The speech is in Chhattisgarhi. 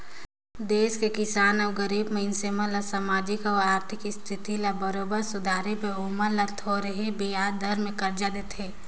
देस के किसान अउ गरीब मइनसे मन ल सामाजिक अउ आरथिक इस्थिति ल बरोबर सुधारे बर ओमन ल थो रहें बियाज दर में करजा देथे